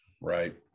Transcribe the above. right